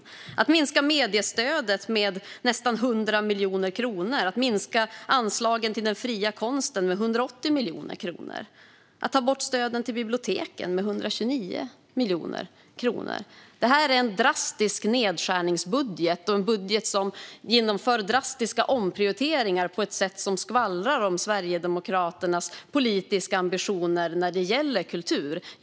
De vill vidare minska mediestödet med nästan 100 miljoner kronor och anslagen till den fria konsten med 180 miljoner kronor. De vill ta bort stöden till biblioteken med 129 miljoner kronor. Detta är en drastisk nedskärningsbudget, en budget i vilken drastiska omprioriteringar görs på ett sätt som skvallrar om Sverigedemokraternas politiska ambitioner för kultur.